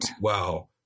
Wow